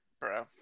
Bro